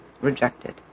rejected